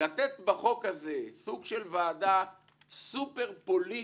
לתת בחוק הזה סוג של ועדה סופר פוליטית,